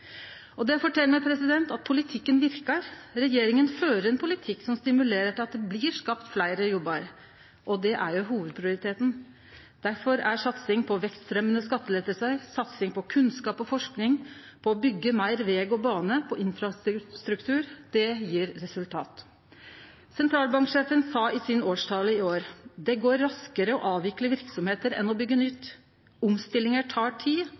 at politikken verkar. Regjeringa fører ein politikk som stimulerer til at det blir skapt fleire jobbar, og det er jo hovudprioriteten. Derfor gjev satsing på vekstfremjande skattelette, satsing på kunnskap og forsking, satsing på å byggje meir veg og bane, satsing på forsking og infrastruktur resultat. Sentralbanksjefen sa i sin årstale i år: «Det går raskere å avvikle virksomheter enn å bygge nytt. Omstillinger tar tid.»